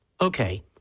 Okay